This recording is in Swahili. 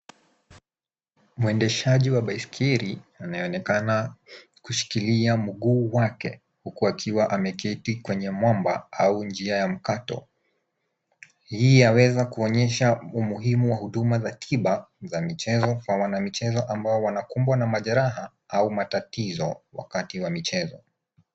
Mwendeshaji wa baiskeli, anayeonekana kushikilia mguu wake huku akiwa ameketi kwenye mwamba au njia ya mkato. Hii yaweza kuonyesha umuhimu wa huduma za tiba za michezo kwa wanamichezo ambao wanakumbwa na majeraha, au matatizo wakati wa michezo.